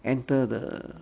enter the